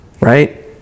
right